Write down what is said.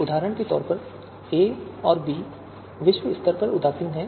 उदाहरण के लिए a और b विश्व स्तर पर उदासीन हैं